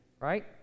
Right